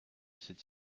cette